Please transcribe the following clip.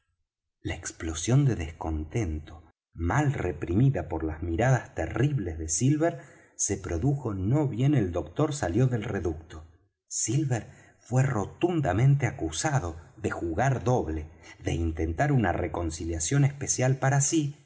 la explosión de descontento mal reprimida por las miradas terribles de silver se produjo no bien el doctor salió del reducto silver fué rotundamente acusado de jugar doble de intentar una reconciliación especial para sí